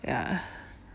ya